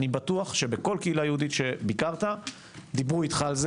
אני בטוח שבכל קהילה יהודית שביקרת דיברו איתך על זה